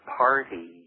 party